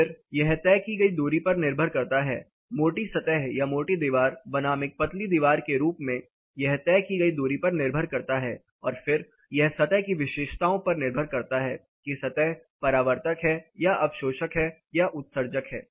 फिर यह तय की गई दूरी पर निर्भर करता है मोटी सतह या मोटी दीवार बनाम एक पतली दीवार के रूप में यह तय की गई दूरी पर निर्भर करता है और फिर यह सतह की विशेषताओं पर निर्भर करता है कि सतह परावर्तक है या अवशोषक है या उत्सर्जक है